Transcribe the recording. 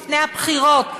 לפני הבחירות,